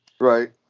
Right